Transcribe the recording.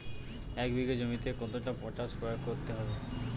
এক বিঘে জমিতে কতটা পটাশ প্রয়োগ করতে হবে?